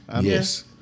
Yes